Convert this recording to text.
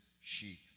sheep